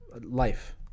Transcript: life